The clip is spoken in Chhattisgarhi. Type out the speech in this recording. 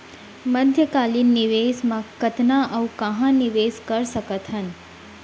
मध्यकालीन निवेश म कतना अऊ कहाँ निवेश कर सकत हन?